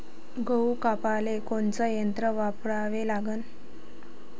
गहू कापाले कोनचं यंत्र वापराले लागन?